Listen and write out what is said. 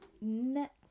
next